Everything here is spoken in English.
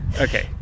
Okay